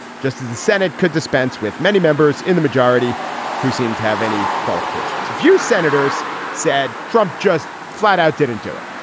just as the senate could dispense with many members in the majority who seem to have any qualifications. a few senators said trump just flat out didn't do it.